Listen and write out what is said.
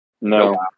No